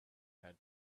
had